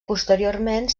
posteriorment